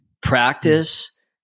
practice